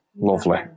Lovely